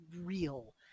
real